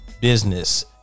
Business